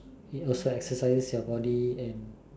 it also exercises your body and